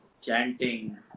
chanting